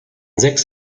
sechs